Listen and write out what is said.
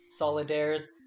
Solidaire's